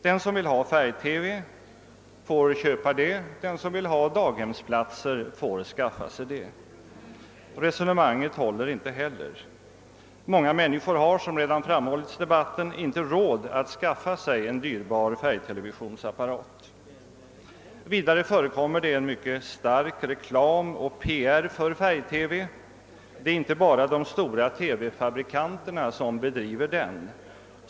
Den som vill ha färg-TV får köpa sådan, och den som vill ha daghemsplatser får skaffa sig sådana. Inte heller det resonemanget håller. Många människor har, som redan framhållits i debatten, inte råd att skaffa sig en dyrbar färgtelevisionsapparat. Vidare förekommer det en mycket stark reklam för färg-TV. Det är inte bara de stora TV-fabrikanterna som bedriver den.